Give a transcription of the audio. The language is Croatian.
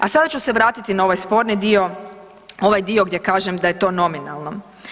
A sada ću se vratiti na ovaj sporni dio, ovaj dio gdje kažem da je to nominalan.